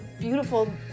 beautiful